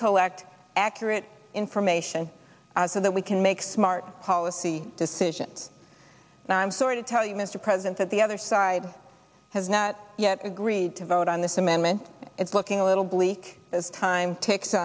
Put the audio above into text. collect accurate information so that we can make smart policy decisions and i'm sore to tell you mr president that the other side has not yet agreed to vote on this amendment it's looking a little bleak as time ticks